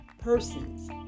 persons